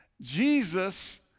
Jesus